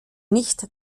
nicht